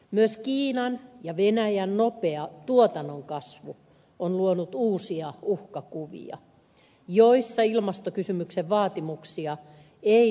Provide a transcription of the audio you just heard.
myös kiinan ja venäjän nopea tuotannon kasvu on luonut uusia uhkakuvia joissa ilmastokysymyksen vaatimuksia ei tunnu otettavan huomioon riittävästi